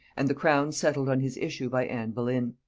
and the crown settled on his issue by anne boleyn.